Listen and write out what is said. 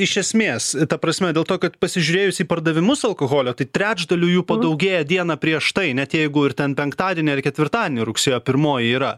iš esmės ta prasme dėl to kad pasižiūrėjus į pardavimus alkoholio tai trečdaliu jų padaugėja dieną prieš tai net jeigu ir ten penktadienį ar ketvirtadienį rugsėjo pirmoji yra